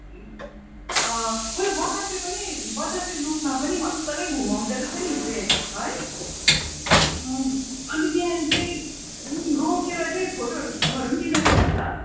अँ उयो बतासे पनि बतासे लुपमा पनि मजाले घुमाउँदो रहेछ नि ट्रेन है अन्त त्यहाँ चाहिँ रोकेर चाहिँ फोटोहरू खिच्नुहरू पनि दिँदोरहेछ नि त